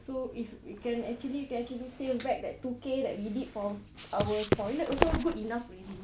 so if we can actually we can actually save back that two K that we did for our toilet also good enough already